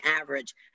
average